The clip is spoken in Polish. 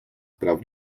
praw